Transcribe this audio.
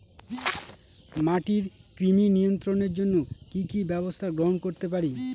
মাটির কৃমি নিয়ন্ত্রণের জন্য কি কি ব্যবস্থা গ্রহণ করতে পারি?